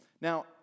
Now